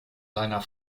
seiner